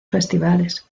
festivales